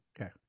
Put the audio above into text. Okay